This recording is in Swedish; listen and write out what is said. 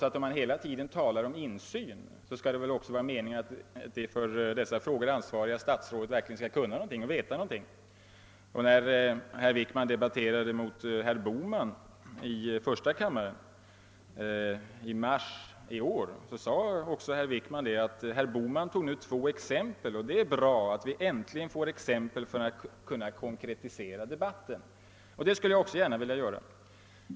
Men om man hela tiden talar om insyn, så skall väl meningen vara att det för dessa frågor ansvariga statsrådet skall kunna och veta någonting och när herr Wickman debatterade med herr Bohman i första kammaren i mars i år sade han: Herr Bohman tog här två exempel, och det är bra att vi äntligen får några exempel, så att vi kan konkretisera debatten. Detta skulle jag nu också gärna vilja göra.